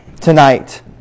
tonight